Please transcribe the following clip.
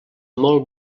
molt